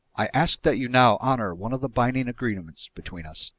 i ask that you now honor one of the binding agreements between us.